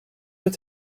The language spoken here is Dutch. zijn